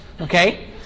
okay